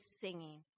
singing